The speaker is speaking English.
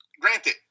granted